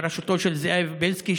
בראשותו של זאב בילסקי,